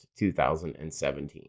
2017